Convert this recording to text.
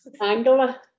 Angela